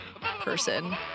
person